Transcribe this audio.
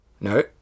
no